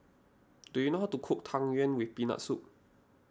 do you know how to cook Tang Yuen with Peanut Soup